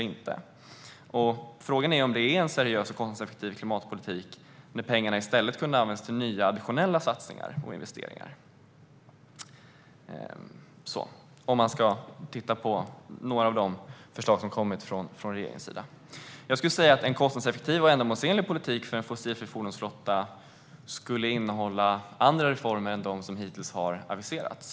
Om man ser till några av de förslag som har kommit från regeringen kan man fråga sig om detta är en seriös och konsekutiv klimatpolitik när pengarna i stället hade kunnat användas till nya additionella satsningar och investeringar. En kostnadseffektiv och ändamålsenlig politik för en fossilfri fordonsflotta skulle enligt mig innehålla andra reformer än de som hittills har aviserats.